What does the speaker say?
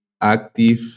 active